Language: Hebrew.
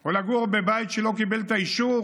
או לגור בבית שלא קיבל את האישור,